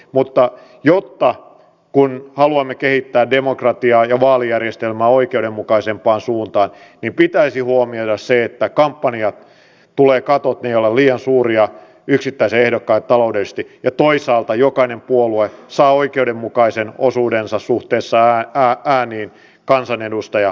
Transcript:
mutta kun haluamme kehittää demokratiaa ja vaalijärjestelmää oikeudenmukaisempaan suuntaan pitäisi huomioida se että kampanjoihin tulee katot ne eivät ole liian suuria yksittäiselle ehdokkaalle taloudellisesti ja toisaalta jokainen puolue saa oikeudenmukaisen osuuden kansanedustajapaikkoja suhteessa ääniin